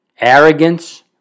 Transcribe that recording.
arrogance